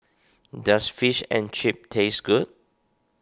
does Fish and Chips taste good